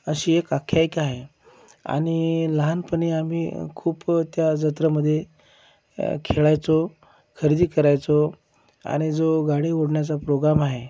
अशी एक आख्यायिका आहे आणि लहानपणी आम्ही खूप त्या जत्रेमध्ये खेळायचो खरेदी करायचो आणि जो गाडी ओढण्याचा प्रोग्रॅम आहे